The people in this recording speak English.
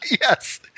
Yes